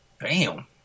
Bam